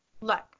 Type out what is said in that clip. Look